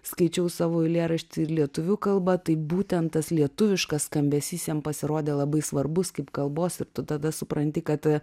skaičiau savo eilėraštį lietuvių kalba tai būtent tas lietuviškas skambesys jam pasirodė labai svarbus kaip kalbos ir tu tada supranti kad